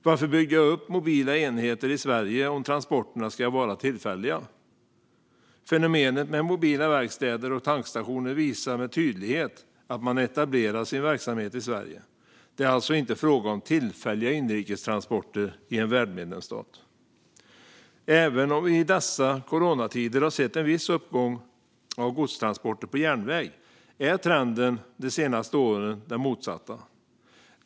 Varför bygga upp mobila enheter i Sverige om transporterna ska vara tillfälliga? Fenomenet med mobila verkstäder och tankstationer visar med tydlighet att man etablerar sin verksamhet i Sverige. Det är alltså inte fråga om tillfälliga inrikestransporter i en värdmedlemsstat. Även om vi i dessa coronatider har sett en viss uppgång av godstransporter på järnväg är trenden de senaste åren den motsatta.